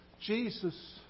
Jesus